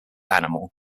animal